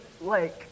lake